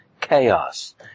Chaos